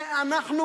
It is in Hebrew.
שאנחנו,